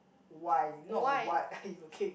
why not what are you looking